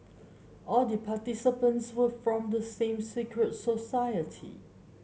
all the participants were from the same secret society